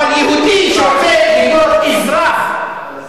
אבל יהודי שרוצה להיות אזרח,